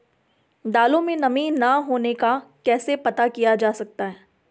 दालों में नमी न होने का कैसे पता किया जा सकता है?